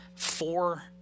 four